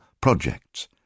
projects